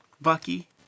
Bucky